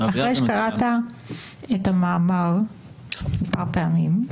אחרי שקראת את המאמר מספר פעמים,